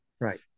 right